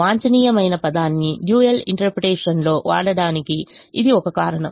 వాంఛనీయమైన పదాన్ని డ్యూయల్ ఇంటర్ప్రిటేషన్లో వాడటానికి ఇది ఒక కారణం